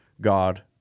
God